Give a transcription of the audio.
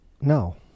no